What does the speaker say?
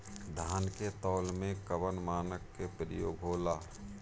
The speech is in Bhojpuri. धान के तौल में कवन मानक के प्रयोग हो ला?